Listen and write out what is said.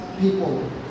people